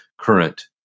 current